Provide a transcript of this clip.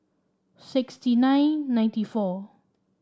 sixty nine ninety four